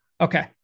Okay